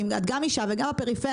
כי את גם אישה וגם בפריפריה,